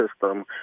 system